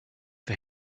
for